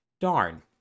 darn